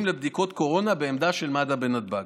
לבדיקות קורונה בעמדה של מד"א בנתב"ג.